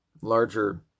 larger